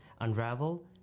unravel